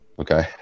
Okay